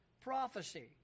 prophecy